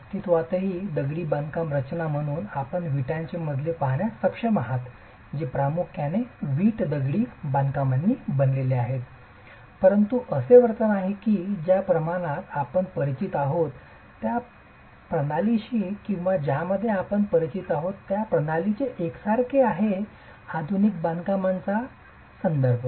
अस्तित्वातील दगडी बांधकाम रचना म्हणून आपण विटांचे मजले पाहण्यास सक्षम असाल जे प्रामुख्याने वीट दगडी बांधकामांनी बनलेले आहेत परंतु असे वर्तन आहे की ज्या प्रमाणात आपण परिचित आहोत त्या प्रणालीशी किंवा ज्यामध्ये आपण परिचित आहोत त्या प्रणालीचे एकसारखे आहे आधुनिक बांधकामांचा सद्य संदर्भ